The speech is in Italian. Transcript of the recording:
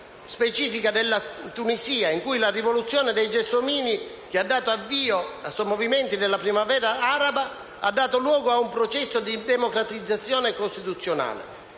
specifica della Tunisia, in cui la «rivoluzione dei gelsomini», che ha avviato i sommovimenti della «primavera araba», ha dato luogo a un processo di democratizzazione costituzionale,